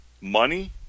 money